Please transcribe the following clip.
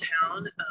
town